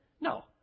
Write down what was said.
No